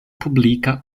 publika